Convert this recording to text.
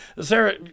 Sarah